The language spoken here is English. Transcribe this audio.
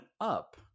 up